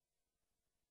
3,